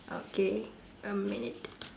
okay a minute